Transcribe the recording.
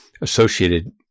associated